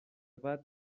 بعد